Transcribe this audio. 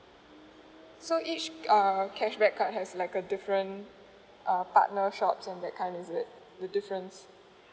so each uh cashback card has like a different uh partner shops and that kind is it the difference